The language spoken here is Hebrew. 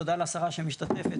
תודה לשרה שמשתתפת,